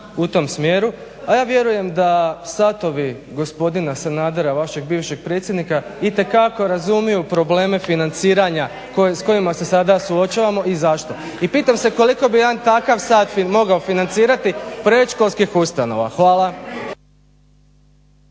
u tom smjeru a ja vjerujem da satovi gospodina Sanadera, vašeg bivšeg predsjednika itekako razumiju probleme financiranja s kojima se sada suočavamo i zašto. I pitam se koliko bi jedan takav sat mogao financirati predškolskih ustanova. Hvala.